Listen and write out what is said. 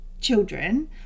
children